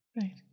Right